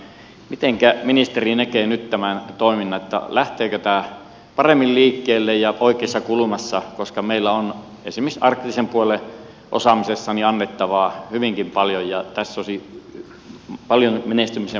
miten ministeri näkee nyt tämän toiminnan lähteekö tämä paremmin liikkeelle ja oikeassa kulmassa koska meillä on esimerkiksi arktisen puolen osaamisessa annettavaa hyvinkin paljon ja tässä olisi paljon menestymisen mahdollisuuksia suomalaisille